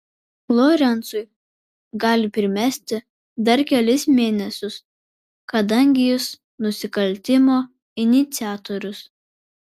lorencui gali primesti dar kelis mėnesius kadangi jis nusikaltimo iniciatorius